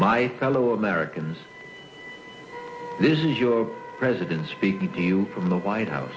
my fellow americans this is your president speaking to you from the white house